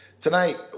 tonight